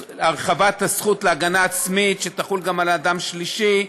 הרחבת הזכות להגנה עצמית, שתחול גם על אדם שלישי,